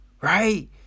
Right